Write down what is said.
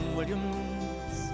Williams